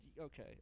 Okay